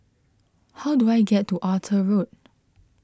how do I get to Arthur Road